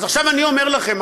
אז עכשיו אני אומר לכם,